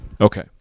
Okay